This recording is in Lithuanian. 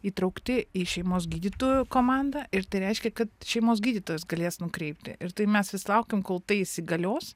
įtraukti į šeimos gydytojų komandą ir tai reiškia kad šeimos gydytojas galės nukreipti ir tai mes visi laukiam kol tai įsigalios